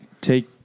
take